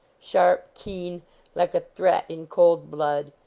sharp, keen like a threat in cold blood!